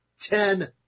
ten